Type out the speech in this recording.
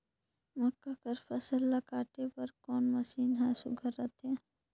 मक्का कर फसल ला काटे बर कोन मशीन ह सुघ्घर रथे?